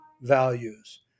values